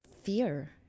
Fear